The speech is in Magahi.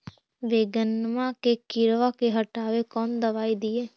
बैगनमा के किड़बा के हटाबे कौन दवाई दीए?